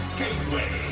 gateway